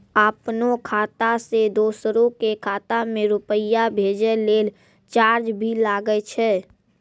आपनों खाता सें दोसरो के खाता मे रुपैया भेजै लेल चार्ज भी लागै छै?